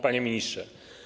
Panie Ministrze!